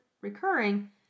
recurring